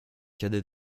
cadet